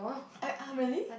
uh [uh]really